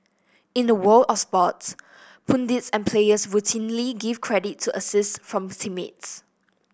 in the world of sports pundits and players routinely give credit to assist from teammates